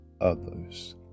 others